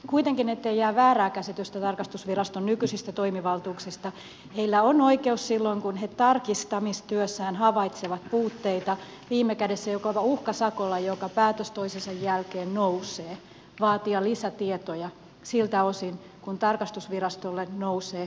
kuitenkin ettei jää väärää käsitystä tarkastusviraston nykyisistä toimivaltuuksista heillä on oikeus silloin kun he tarkistamistyössään havaitsevat puutteita viime kädessä jopa uhkasakolla joka päätös toisensa jälkeen nousee esille vaatia lisätietoja siltä osin kuin tarkastusvirastolle nousee kysymyksiä